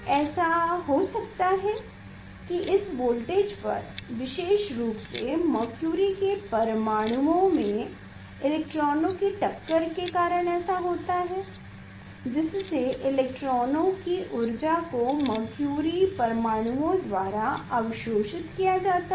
ऐसा हो सकता है कि इस वोल्टेज पर विशेष रूप से मरक्युरि के परमाणुओं में इलेक्ट्रॉनों की टक्कर के कारण ऐसा होता है जिसमें इलेक्ट्रॉनों की ऊर्जा को मरक्युरि परमाणुओं द्वारा अवशोषित किया जाता है